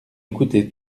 écouté